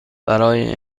برای